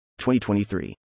2023